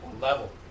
Level